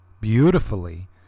beautifully